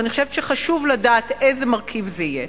ואני חושבת שחשוב לדעת איזה מרכיב זה יהיה,